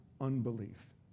unbelief